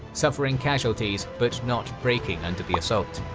suffering casualties but not breaking under the assault.